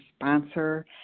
sponsor